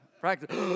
practice